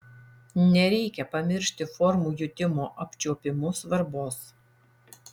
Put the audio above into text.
nereikia pamiršti formų jutimo apčiuopimu svarbos